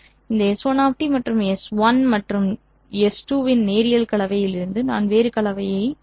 இந்த S1 மற்றும் S1 மற்றும் S2 இன் நேரியல் கலவையிலிருந்து நான் வேறு கலவையைப் பெறுவேன்